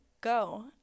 go